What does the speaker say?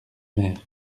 mer